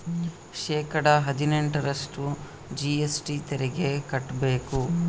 ಶೇಕಡಾ ಹದಿನೆಂಟರಷ್ಟು ಜಿ.ಎಸ್.ಟಿ ತೆರಿಗೆ ಕಟ್ಟ್ಬೇಕು